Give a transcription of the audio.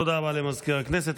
תודה רבה למזכיר הכנסת.